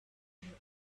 value